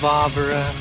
Barbara